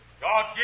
God